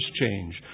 change